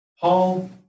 Paul